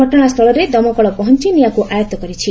ଘଟଣାସ୍ଥଳରେ ଦମକଳ ପହଞ୍ ନିଆଁକୁ ଆୟଉ କରିଛି